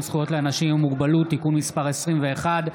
זכויות לאנשים עם מוגבלות (תיקון מס' 21),